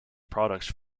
products